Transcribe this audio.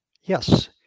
Yes